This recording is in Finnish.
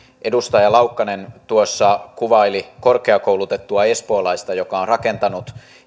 edustaja laukkanen tuossa kuvaili korkeakoulutettua espoolaista joka on rakentanut